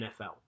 NFL